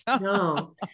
No